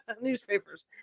newspapers